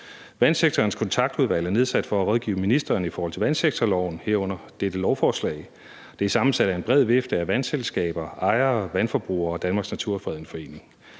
Vandsektorens kontaktudvalg er nedsat for at rådgive ministeren i forhold til vandsektorloven, herunder dette lovforslag. Det er sammensat af en bred vifte af vandselskaber, ejere, vandforbrugere og Danmarks Naturfredningsforening.